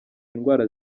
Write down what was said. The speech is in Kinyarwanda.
indwara